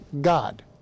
God